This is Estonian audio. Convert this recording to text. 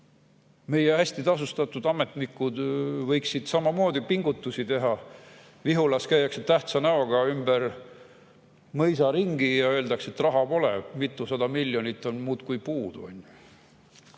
Meie hästi tasustatud ametnikud võiksid samamoodi pingutusi teha. Vihulas käiakse tähtsa näoga ümber mõisa ringi ja öeldakse, et raha pole, mitusada miljonit on muudkui puudu.